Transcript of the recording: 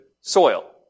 soil